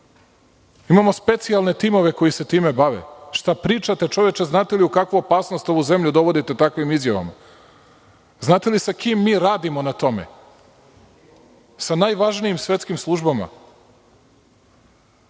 Imamo specijalne timove koji se time bave, šta pričate čoveče, znate li u kakvu opasnost ovu zemlju dovodite takvim izjavama? Znate li sa kim mi radimo na tome, sa najvažnijim svetskim službama?